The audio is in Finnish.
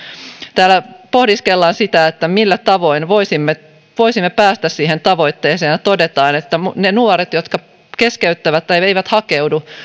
täällä pohdiskellaan sitä millä tavoin voisimme voisimme päästä siihen tavoitteeseen ja todetaan että ne nuoret jotka keskeyttävät tai eivät hakeudu